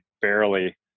barely